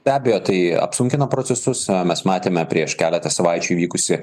be abejo tai apsunkina procesus mes matėme prieš keletą savaičių įvykusį